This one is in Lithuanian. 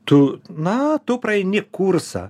tu na tu praeini kursą